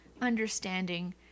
understanding